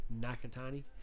Nakatani